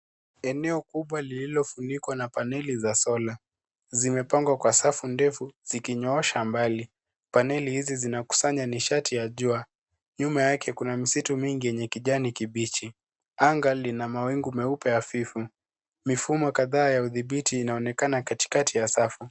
Eneo kubwa lililofunikwa na paneli za sola zimepangwa kwa safu ndefu zikinyoosha mbali. Paneli hizi zinakusanya nishati ya jua. Nyuma yake kuna misitu mingi yenye kijani kibichi. Anga lina mawingu meupe hafifu. Mifumo kadhaa ya udhibiti inaonekana katikati ya safu.